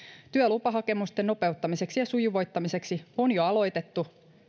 lupahakemusten nopeuttamiseksi ja sujuvoittamiseksi on jo aloitettu